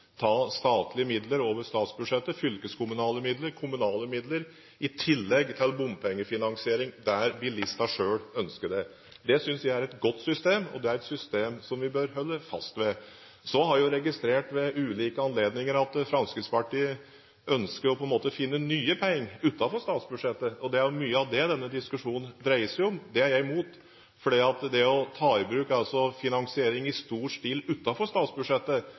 statlige midler over statsbudsjettet, fylkeskommunale midler og kommunale midler, i tillegg til bompengefinansiering der bilistene selv ønsker det. Det synes jeg er et godt system, og det er et system som vi bør holde fast ved. Så har jeg ved ulike anledninger registrert at Fremskrittspartiet ønsker å finne nye penger utenfor statsbudsjettet, og det er mye av det denne diskusjonen dreier seg om. Det er jeg imot, for det å ta i bruk finansiering i stor stil utenfor statsbudsjettet